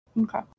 Okay